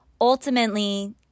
ultimately